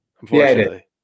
Unfortunately